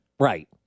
Right